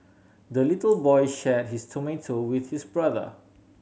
the little boy shared his tomato with his brother